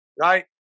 right